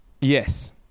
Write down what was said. Yes